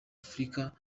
afurika